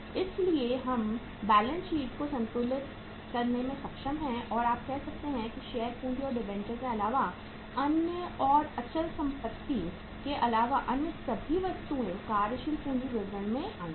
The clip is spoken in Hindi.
इसलिए हम बैलेंस शीट को संतुलित करने में सक्षम हैं और आप कहते हैं कि शेयर पूंजी और डिबेंचर के अलावा अन्य और अचल संपत्ति के अलावा अन्य सभी वस्तुएं कार्यशील पूंजी विवरण से आई हैं